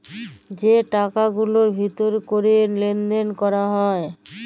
যে টাকা গুলার ভিতর ক্যরে লেলদেল ক্যরা হ্যয়